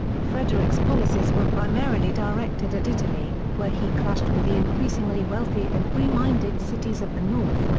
frederick's policies were primarily directed at italy, where he clashed with the increasingly wealthy and free-minded cities of the north,